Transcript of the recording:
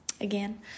again